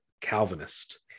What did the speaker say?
Calvinist